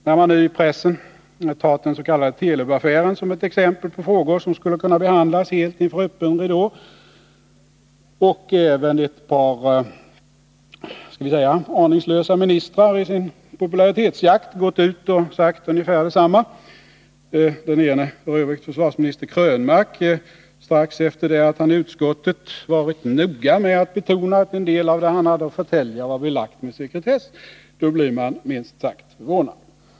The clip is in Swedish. När man nu i pressen tagit den s.k. Telubaffären som ett exempel på frågor som skulle kunna behandlas helt inför öppen ridå och även ett par, skall vi säga aningslösa, ministrar i sin popularitetsjakt gått ut och sagt ungefär detsamma — den ene, f. ö. försvarsminister Krönmark, strax efter det att han i utskottet varit noga med att betona att en del av det han hade att förtälja var belagt med sekretess — blir man minst sagt förvånad.